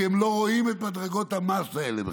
כי הם לא רואים את מדרגות המס האלה בכלל.